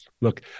look